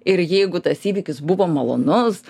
ir jeigu tas įvykis buvo malonus